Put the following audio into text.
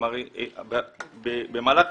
במהלך